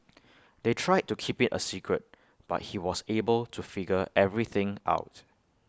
they tried to keep IT A secret but he was able to figure everything out